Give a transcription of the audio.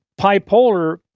bipolar